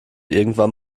irgendwann